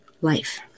Life